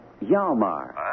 Yalmar